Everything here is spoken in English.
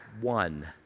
one